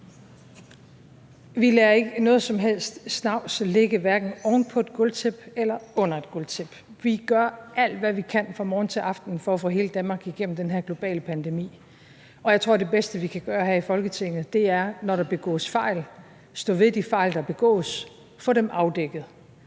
Vi lader ikke noget som helst snavs ligge, hverken oven på et gulvtæppe eller under et gulvtæppe. Vi gør alt, hvad vi kan, fra morgen til aften for at få hele Danmark igennem den her globale pandemi, og jeg tror, det bedste, vi kan gøre her i Folketinget, når der begås fejl, er, at stå ved de fejl, der begås, og få dem afdækket.